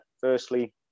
firstly